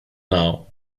now